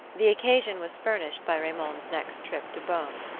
the occasion was furnished by raymond's next trip to beaune.